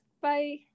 Bye